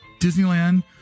Disneyland